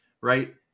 right